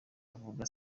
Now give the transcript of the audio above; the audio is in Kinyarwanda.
avuga